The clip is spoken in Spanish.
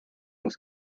los